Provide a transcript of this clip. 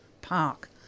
Park